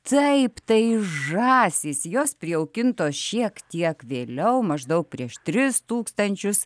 taip tai žąsys jos prijaukintos šiek tiek vėliau maždaug prieš tris tūkstančius